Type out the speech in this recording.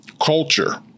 culture